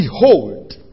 behold